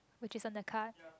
which is on the card